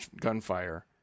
gunfire